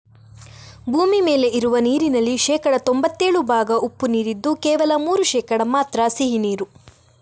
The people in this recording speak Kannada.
ಭೂಮಿ ಮೇಲೆ ಇರುವ ನೀರಿನಲ್ಲಿ ಶೇಕಡಾ ತೊಂಭತ್ತೇಳು ಭಾಗ ಉಪ್ಪು ನೀರಿದ್ದು ಕೇವಲ ಮೂರು ಶೇಕಡಾ ಮಾತ್ರ ಸಿಹಿ ನೀರು